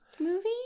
movie